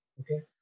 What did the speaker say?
Okay